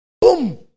Boom